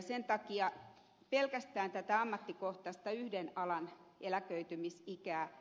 sen takia pelkästään tätä ammattikohtaista yhden alan eläköitymisikää